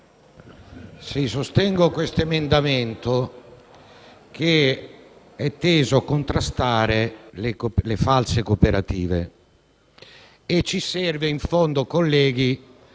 sostengo questo emendamento che è teso a contrastare le false cooperative e ci serve, in fondo, colleghi,